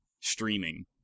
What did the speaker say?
streaming